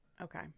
Okay